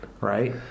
right